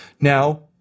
Now